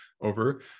over